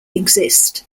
exist